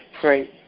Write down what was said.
Great